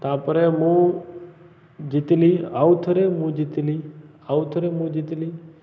ତାପରେ ମୁଁ ଜିତିଲି ଆଉ ଥରେ ମୁଁ ଜିତିିଲି ଆଉଥରେ ମୁଁ ଜିତିିଲି